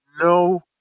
no